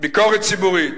ביקורת ציבורית.